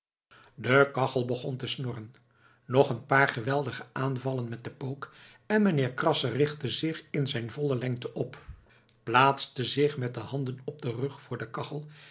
de kachel begon te snorren nog een paar geweldige aanvallen met den pook en mijnheer krasser richtte zich in zijn volle lengte op plaatste zich met de handen op den rug voor de kachel